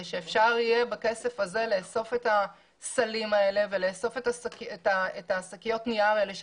שאפשר יהיה בכסף הזה לאסוף את הסלים האלה ושקיות הנייר האלה,